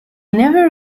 never